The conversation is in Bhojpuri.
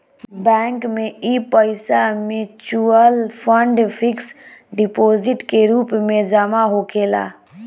बैंक में इ पईसा मिचुअल फंड, फिक्स डिपोजीट के रूप में जमा होखेला